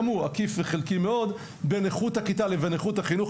וגם הוא עקיף וחלקי מאוד בין איכות הכיתה לבין איכות החינוך.